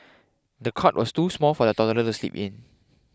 the cot was too small for the toddler to sleep in